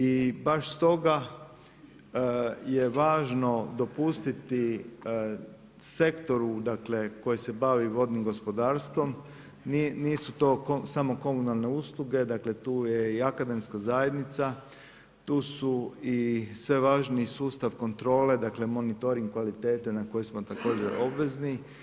I baš stoga, je važno dopustiti sektoru, dakle, koji se bavi vodnim gospodarstvom, nisu to samo komunalne usluge, dakle tu je i akademska zajednica, tu su i sve važniji sustav kontrole, dakle, monitoring kvalitete na koje smo također obvezni.